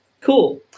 Cool